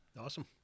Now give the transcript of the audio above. Awesome